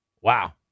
Wow